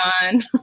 on